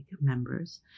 members